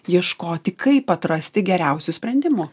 ieškoti kaip atrasti geriausio sprendimo